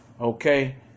Okay